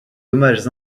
dommages